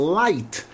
light